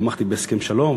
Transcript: ותמכתי בהסכם שלום,